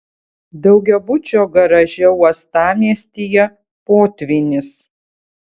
daugiabučio garaže uostamiestyje potvynis